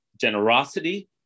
generosity